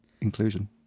inclusion